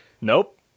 Nope